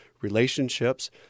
relationships